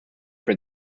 for